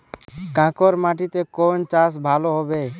কাঁকর মাটিতে কোন চাষ ভালো হবে?